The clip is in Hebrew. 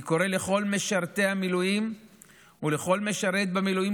אני קורא לכל משרתי המילואים ולכל משרת במילואים